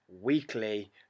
weekly